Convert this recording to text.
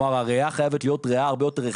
לכן הראייה חייבת להיות רחבה,